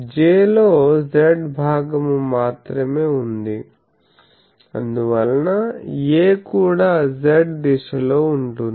J లో z భాగము మాత్రమే ఉంది అందువలన A కూడా z దిశ లో ఉంటుంది